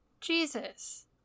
jesus